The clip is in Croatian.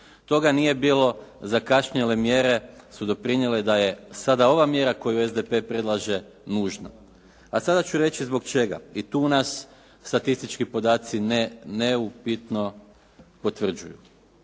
Toga nije bilo. Zakašnjele mjere su doprinijele da je sada ova mjera koju SDP predlaže nužna. A sada ću reći zbog čega. I tu nas statistički podaci neupitno potvrđuju.